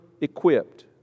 equipped